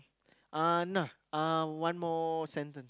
uh nah one more sentence